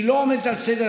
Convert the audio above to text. היא לא עומדת על סדר-היום,